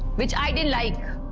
which i didn't like.